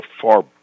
far